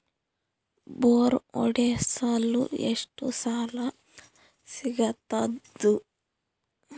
Bore ಹೊಡೆಸಲು ಎಷ್ಟು ಸಾಲ ಸಿಗತದ?